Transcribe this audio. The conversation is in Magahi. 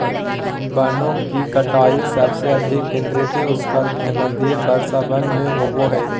वनों की कटाई सबसे अधिक केंद्रित उष्णकटिबंधीय वर्षावन में होबो हइ